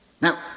Now